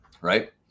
right